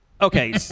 Okay